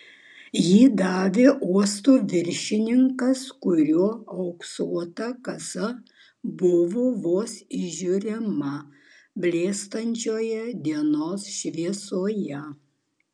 jį davė uosto viršininkas kurio auksuota kasa buvo vos įžiūrima blėstančioje dienos šviesoje